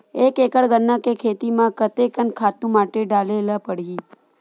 एक एकड़ गन्ना के खेती म कते कन खातु माटी डाले ल पड़ही?